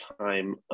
time